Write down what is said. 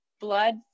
blood